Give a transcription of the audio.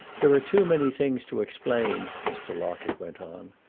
there are too many things to explain, mr. locket went on,